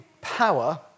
power